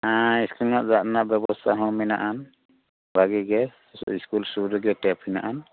ᱦᱮᱸ ᱤᱥᱤᱱ ᱨᱮᱱᱟᱜ ᱫᱟᱜ ᱨᱮᱱᱟᱜ ᱵᱮᱵᱚᱥᱛᱟ ᱦᱚᱸ ᱢᱮᱱᱟᱜᱼᱟᱱ ᱵᱷᱟᱜᱮ ᱜᱮ ᱤᱥᱠᱩᱞ ᱥᱩᱨ ᱨᱮᱜᱮ ᱴᱮᱯ ᱢᱮᱱᱟᱜᱼᱟᱱ